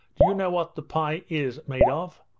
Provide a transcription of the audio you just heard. do you know what the pie is made of?